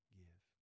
give